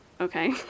Okay